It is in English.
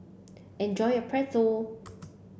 enjoy your Pretzel